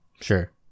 Sure